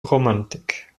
romantik